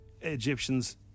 Egyptians